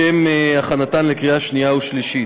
לשם הכנתן לקריאה שנייה ושלישית: